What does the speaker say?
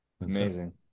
Amazing